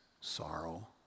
sorrow